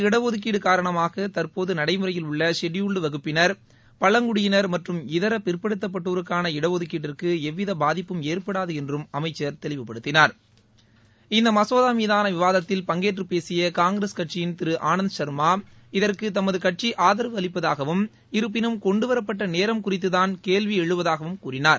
இடஒதுக்கீடு காரணமாக தற்போது நடைமுறையில் உள்ள ஷெடியூல்ட் வகுப்பினர் இந்த பழங்குடியினர் மற்றும் இதர பிற்படுத்தப்பட்டோருக்காள இடஒதுக்கீட்டிற்கு எவ்வித பாதிப்பும் ஏற்படாது என்றும் அமைச்சர் தெளிவுபடுத்தினார் இந்த மசோதா மீதான விவாதத்தில் பங்கேற்று பேசிய காங்கிரஸ் கட்சியின் திரு ஆனந்த் சர்மா இதற்கு தமது கட்சி ஆதரவு அளிப்பதாகவும் இருப்பினும் கொண்டுவரப்பட்ட நேரம் குறித்து தான் கேள்வி எழுவதாகவும் கூறினார்